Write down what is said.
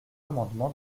amendement